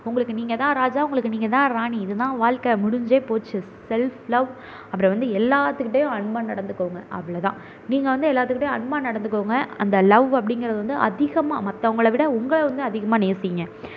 உங்களுக்கு நீங்கள் தான் ராஜா உங்களுக்கு நீங்கள் தான் ராணி இதுதான் வாழ்க்க முடிஞ்சே போச்சு செல்ஃப் லவ் அப்புறம் வந்து எல்லோத்துக்கிட்டயும் அன்பாக நடந்துக்கோங்க அவ்வளோ தான் நீங்கள் வந்து எல்லோத்துக்கிட்டயும் அன்பாக நடந்துக்கோங்க அந்த லவ் அப்படிங்கிறது வந்து அதிகமாக மற்றவங்கள விட உங்களை வந்து அதிகமாக நேசியுங்க